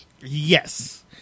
Yes